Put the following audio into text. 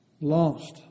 lost